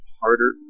harder